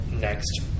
next